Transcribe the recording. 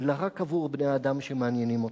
אלא רק עבור בני-האדם שמעניינים אותם.